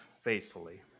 faithfully